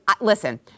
Listen